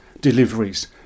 deliveries